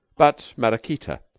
but maraquita?